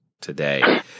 today